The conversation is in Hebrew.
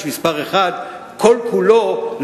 8 בנובמבר 2010 למניינם.